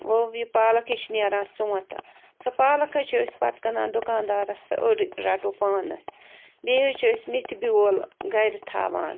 ؤو یہِ پالکھ یہِ چھِ نیران سونٛتہٕ سۄ پالکھ حظ چھِ أسۍ پتہٕ کٕنان دُکان دارس تہٕ أڑۍ رَٹو پانس بیٚیہِ حظ چھِ أسۍ میٚتھہٕ بیول گَرِتھاوان